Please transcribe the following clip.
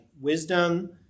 wisdom